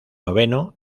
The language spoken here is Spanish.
noveno